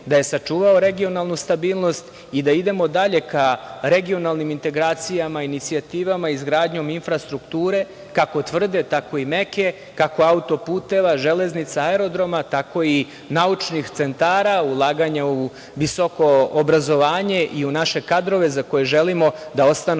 da je sačuvao regionalnu stabilnost i da idemo dalje ka regionalnim integracijama i inicijativama izgradnjom infrastrukture, kako tvrde, tako i meke, kako autoputeva, železnica, aerodroma, tako i naučnih centara, ulaganja u visoko obrazovanje i u naše kadrove za koje želimo da ostanu